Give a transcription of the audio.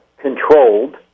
controlled